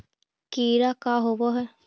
टीडा का होव हैं?